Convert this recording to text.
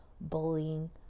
bullying